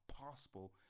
possible